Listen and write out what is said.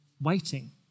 waiting